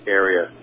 area